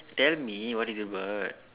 tell me what is it about